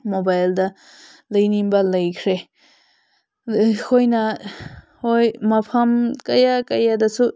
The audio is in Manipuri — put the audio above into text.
ꯃꯣꯕꯥꯏꯜꯗ ꯂꯩꯅꯤꯡꯕ ꯂꯩꯈ꯭ꯔꯦ ꯑꯩꯈꯣꯏꯅ ꯍꯣꯏ ꯃꯐꯝ ꯀꯌꯥ ꯀꯌꯥꯗꯁꯨ